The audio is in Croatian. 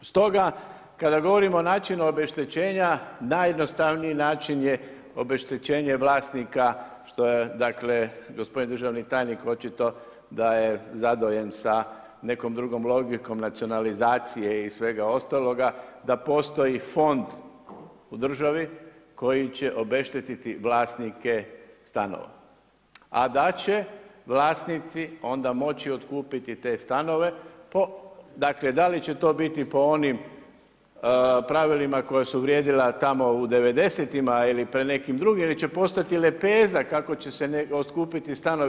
Stoga, kada govorimo o načinu obeštećenja, najjednostavniji način je obeštećenje vlasnika, što je dakle, gospodin državni tajnik očito, da je zadovoljan sa nekom drugom logikom nacionalizacije i svega ostaloga, da postoji fond u državi koji će obeštetiti vlasnike stanova, a da će vlasnici onda moći otkupiti te stanove, po, dakle, da li će to biti po onim pravilima koja su vrijedila tamo u '90. ili nekim drugim ili će postati lepeza, kako će se otkupiti stanovi.